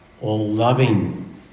all-loving